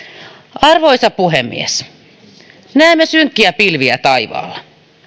arvoisa puhemies näemme synkkiä pilviä taivaalla